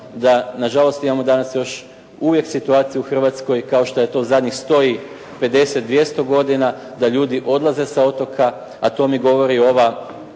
na žalost imamo danas uvijek situaciju u Hrvatskoj kao što je to zadnjih 100 i 50, 200 godina da ljudi odlaze sa otoka, a to mi govori ovaj